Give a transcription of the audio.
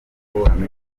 by’abahanzi